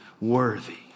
worthy